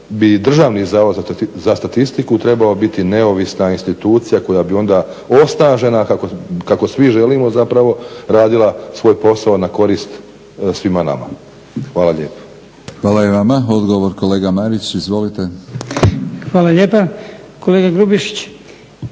Državni zavod za statistiku trebao biti neovisna institucija koja bi onda osnažena kako svi želimo zapravo radila svoj posao na korist svima nama. Hvala lijepa. **Batinić, Milorad (HNS)** Hvala i vama. Odgovor, kolega Marić.